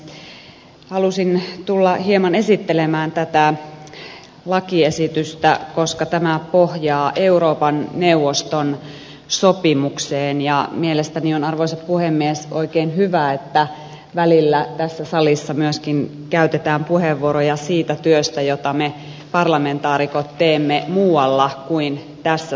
halusin tulla hieman esittelemään tätä lakiesitystä koska tämä pohjaa euroopan neuvoston sopimukseen ja mielestäni on arvoisa puhemies oikein hyvä että välillä tässä salissa käytetään puheenvuoroja myöskin siitä työstä jota me parlamentaarikot teemme muualla kuin tässä salissa